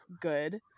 good